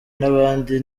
n’abandi